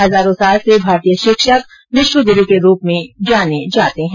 हजारों साल से भारतीय शिक्षक विश्व गुरू के रूप में जाने जाते है